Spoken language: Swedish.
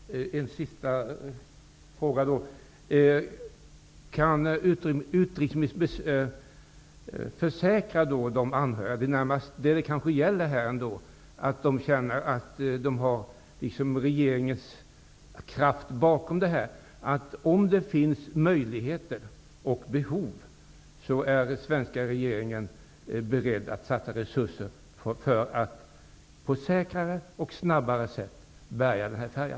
Herr talman! Jag vill ställa en sista fråga. Kan utrikesministern försäkra de anhöriga att svenska regeringen är beredd att satsa resurser för att på säkrare och snabbare sätt bärga denna färja om det finns möjligheter och behov? Det gäller kanske närmast att de anhöriga skall känna att regeringens kraft finns bakom detta.